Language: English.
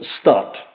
start